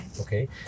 Okay